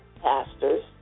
Pastors